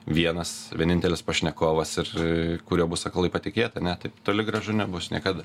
vienas vienintelis pašnekovas ir kuriuo bus aklai patikėta ne taip toli gražu nebus niekada